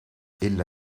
ella